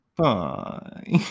bye